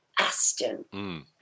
Aston